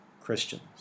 Christians